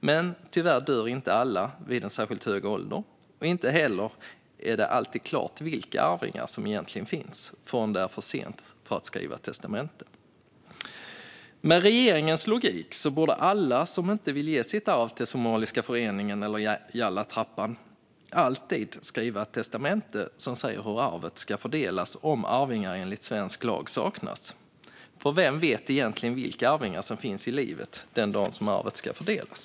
Men tyvärr dör inte alla vid en särskilt hög ålder. Inte heller är det alltid klart vilka arvingar som egentligen finns förrän det är för sent att skriva ett testamente. Med regeringens logik borde alla som inte vill ge sitt arv till Somaliska riksförbundet i Sverige eller till Yallatrappan alltid skriva ett testamente som säger hur arvet ska fördelas om arvingar enligt svensk lag saknas. För vem vet egentligen vilka arvingar som finns i livet den dag som arvet ska fördelas.